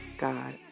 God